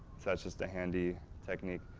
that's just a handy technique.